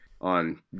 on